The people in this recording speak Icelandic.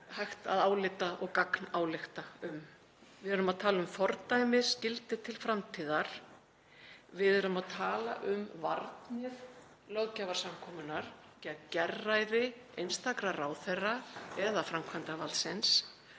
hægt að álykta og gagnálykta um. Við erum að tala um fordæmisgildi til framtíðar. Við erum að tala um varnir löggjafarsamkomunnar gegn gerræði einstakra ráðherra eða framkvæmdarvaldsins.